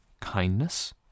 kindness